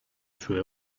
sue